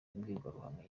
imbwirwaruhame